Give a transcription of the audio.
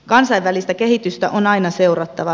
kansainvälistä kehitystä on aina seurattava